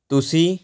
ਤੁਸੀਂ